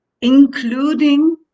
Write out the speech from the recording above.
including